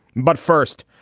but first,